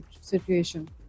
situation